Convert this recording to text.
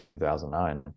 2009